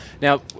Now